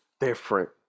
different